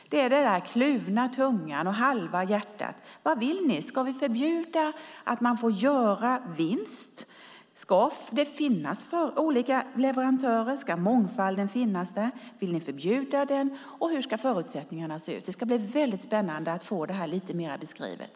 Det är den kluvna tungan och det halva hjärtat. Vad vill ni? Ska vi förbjuda att man får göra vinst? Ska det finnas olika leverantörer? Ska mångfalden finnas där? Vill ni förbjuda den? Hur ska förutsättningarna se ut? Det ska bli väldigt spännande att få detta lite bättre beskrivet.